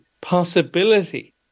possibility